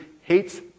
hates